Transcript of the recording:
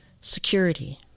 security